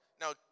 Now